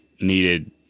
needed